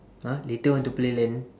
!huh! later want to play LAN